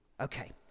Okay